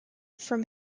from